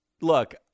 Look